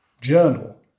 journal